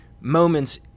Moments